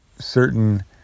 certain